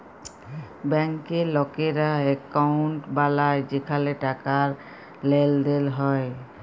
ব্যাংকে লকেরা একউন্ট বালায় যেখালে টাকার লেনদেল হ্যয়